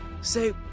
Say